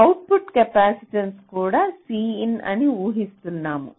output capacitance కూడా Cin అని ఊహిస్తున్నాము